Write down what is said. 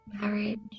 marriage